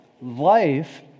life